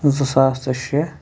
زٕ ساس تہٕ شےٚ